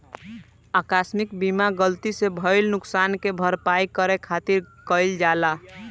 आकस्मिक बीमा गलती से भईल नुकशान के भरपाई करे खातिर कईल जाला